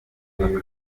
amafoto